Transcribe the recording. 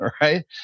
Right